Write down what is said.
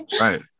right